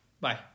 Bye